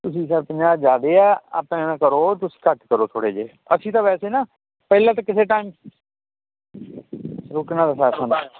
ਤੁਸੀਂ ਸਰ ਪੰਜਾਹ ਜਿਆਦੇ ਐ ਆਪਣੇ ਐਂ ਕਰੋ ਤੁਸੀਂ ਘੱਟ ਕਰੋ ਥੋੜੇ ਜਿਹੇ ਅਸੀਂ ਤਾਂ ਵੈਸੇ ਨਾ ਪਹਿਲਾਂ ਤਾਂ ਕਿਸੇ ਢੰਗ ਰੁੱਕਣਾ ਤਾਂ ਸਰ ਥੋਨੂੰ ਪੈਣਾ